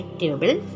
table